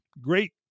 great